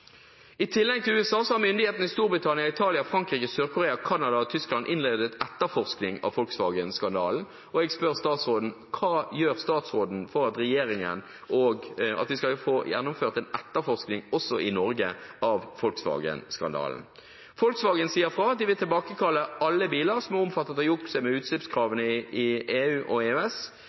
I tillegg til USA har myndighetene i Storbritannia, Italia, Frankrike, Sør-Korea, Canada og Tyskland innledet etterforskning av Volkswagen-skandalen, og jeg spør statsråden: Hva gjør statsråden for at regjeringen skal få gjennomført en etterforskning av Volkswagen-skandalen også i Norge? Volkswagen sier fra at de vil tilbakekalle alle biler som er omfattet av jukset med utslippskravene i EU og EØS,